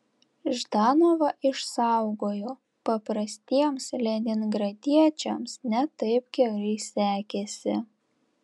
ždanovą išsaugojo paprastiems leningradiečiams ne taip gerai sekėsi